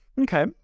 Okay